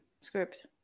script